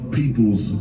people's